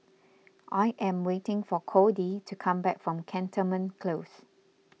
I am waiting for Codie to come back from Cantonment Close